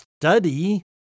study